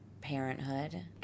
parenthood